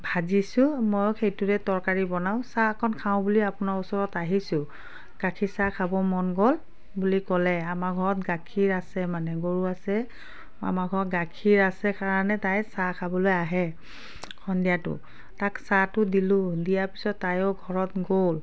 ভাজিছোঁ ময়ো সেইটোৰে তৰকাৰী বনাওঁ চাহ অকণ খাওঁ বুলি আপোনাৰ ওচৰত আহিছোঁ গাখীৰ চাহ খাবৰ মন গ'ল বুলি ক'লে আমাৰ ঘৰত গাখীৰ আছে মানে গৰু আছে আমাৰ ঘৰত গাখীৰ আছে কাৰণে তাই চাহ খাবলৈ আহে সন্ধিয়াটো তাক চাহটো দিলোঁ দিয়া পিছত তাইয়ো ঘৰত গ'ল